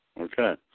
Okay